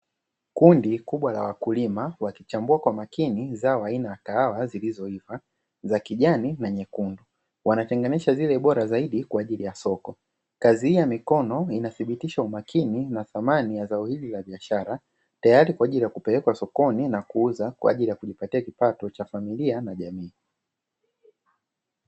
Kundi kubwa la wakulima, wakichambua kwa makini zao aina ya kahawa zilizoiva za kijani na nyekundu, wanatenganisha zile bora zaidi kwa ajili ya soko, kazi hii ya mikono inathibitisha umakini na thamani ya zao hili la biashara, tayari kwa ajili ya kupelekwa sokoni na kuuza, kwa ajili ya kujipatia kipato cha familia na jamii.